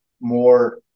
more